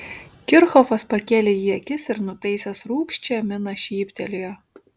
kirchhofas pakėlė į jį akis ir nutaisęs rūgščią miną šyptelėjo